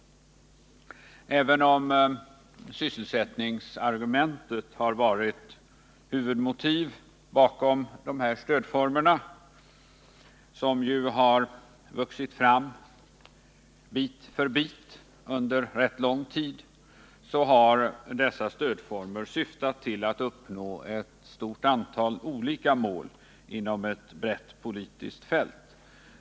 Även om sysselsättningsargumentet har varit huvudmotiv bakom dessa stödformer, vilka vuxit fram bit för bit under rätt lång tid, så har dessa stödformer syftat till att uppnå ett stort antal olika mål inom ett brett politiskt fält.